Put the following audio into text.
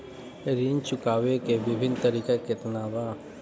ऋण चुकावे के विभिन्न तरीका केतना बा?